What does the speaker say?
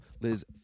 Liz